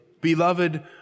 Beloved